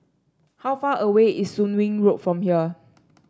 how far away is Soon Wing Road from here